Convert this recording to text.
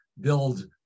build